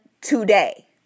today